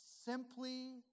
simply